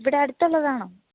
ഇവിടെ അടുത്ത് ഉള്ളതാണോ